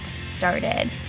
started